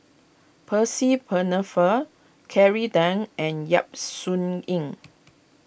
Percy Penne fur Kelly Tang and Yap Sun Yin